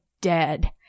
dead